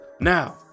now